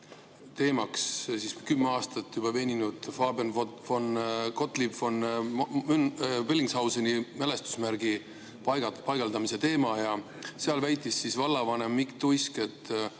teemaks juba kümme aastat veninud Fabian Gottlieb von Bellingshauseni mälestusmärgi paigaldamise teema. Seal väitis vallavanem Mikk Tuisk, et